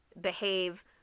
behave